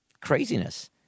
Craziness